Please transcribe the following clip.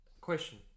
question